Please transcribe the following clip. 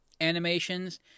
animations